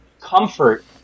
comfort